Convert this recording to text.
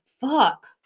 fuck